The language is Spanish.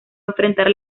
enfrentar